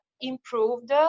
improved